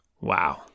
Wow